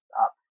up